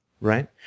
right